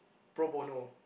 pro bono